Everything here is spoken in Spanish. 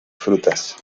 frutas